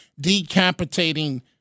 decapitating